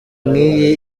nk’iyi